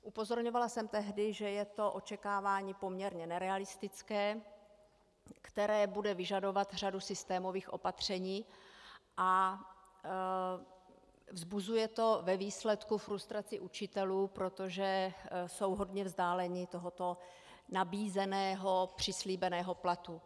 Upozorňovala jsem tehdy, že je to očekávání poměrně nerealistické, které bude vyžadovat řadu systémových opatření a vzbuzuje to ve výsledku frustraci učitelů, protože jsou hodně vzdáleni od tohoto nabízeného přislíbeného platu.